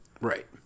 Right